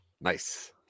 Nice